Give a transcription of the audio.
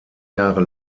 jahre